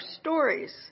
stories